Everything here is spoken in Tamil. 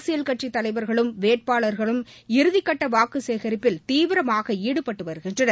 அரசியல் கட்சித் தலைவர்களும் வேட்பாளர்களும் இறுதிக்கட்ட வாக்கு சேகரிப்பில் தீவிரமாக ஈடுபட்டு வருகின்றனர்